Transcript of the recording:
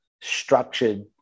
structured